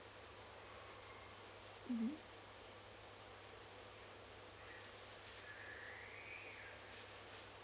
mmhmm